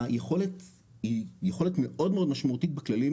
היכולת היא יכולת מאוד מאוד משמעותית בכללים